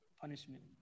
punishment